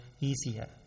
easier